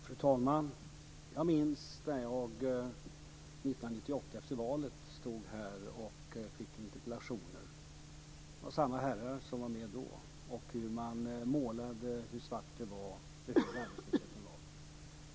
Fru talman! Jag minns när jag 1998, efter valet, stod här och svarade på interpellationer. Det var samma herrar som var med då. Man målade upp hur svart det var och hur hög arbetslösheten var.